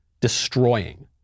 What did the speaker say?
destroying